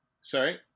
Sorry